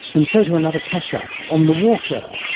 and so to another catch-up, on the water.